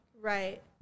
right